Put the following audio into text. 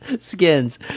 skins